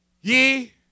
Ye